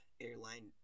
airline